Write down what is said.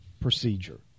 procedure